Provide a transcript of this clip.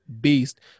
beast